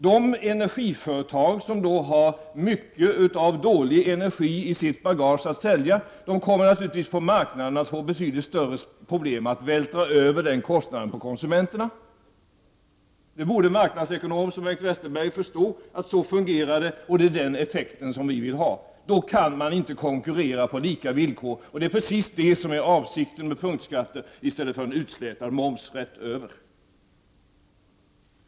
De energiföretag som då har mycket av dålig energi i sitt bagage att sälja kommer naturligtvis att få betydligt större problem på marknaden att vältra över den kostnaden på konsumenterna. En marknadsekonom som Bengt Westerberg borde förstå att det fungerar så. Det är denna effekt vi vill ha. Då kan man inte konkurrera på lika villkor, och det är precis det som är avsikten med att ha punktskatter i stället för en utslätad moms rätt över.